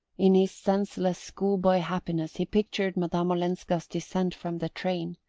in his senseless school-boy happiness he pictured madame olenska's descent from the train,